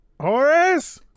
Horace